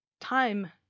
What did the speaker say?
Time